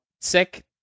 sick